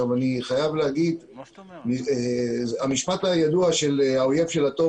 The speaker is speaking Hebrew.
אני חייב לומר שהמשפט הידוע האומר שהאויב של הטוב